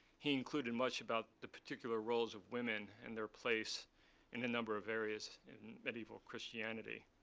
he included much about the particular roles of women and their place in a number of areas in medieval christianity.